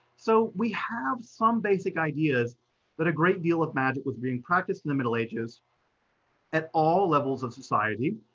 so we have some basic ideas that a great deal of magic was being practiced in the middle ages at all levels of society,